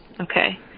okay